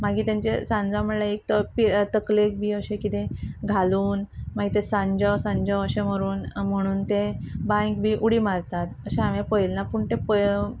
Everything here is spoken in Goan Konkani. मागीर तांचे सांजांव म्हणल्यार एक तकलेक बी अशे कितें घालून मागीर ते सांजो सांजो अशे मरून म्हणून ते बांयक बी उडी मारतात अशें हांवें पळयलां पूण तें